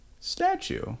statue